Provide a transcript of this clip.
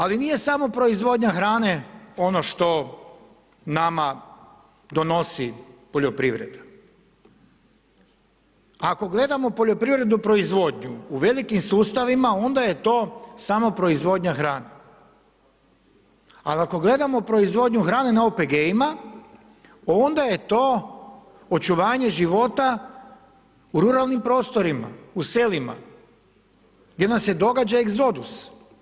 Ali nije samo proizvodnja hrane ono što nama donosi poljoprivreda, ako gledamo poljoprivrednu proizvodnju u velikim sustavima onda je to samo proizvodnja hrane, ali ako gledamo proizvodnju na OPG-ima onda je to očuvanje života u ruralnim prostorima u selima, gdje nam se događa egzodus.